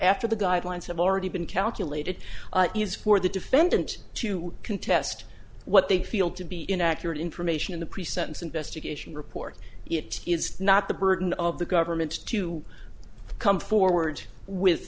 after the guidelines have already been calculated is for the defendant to contest what they feel to be inaccurate information in the pre sentence investigation report it is not the burden of the government to come forward with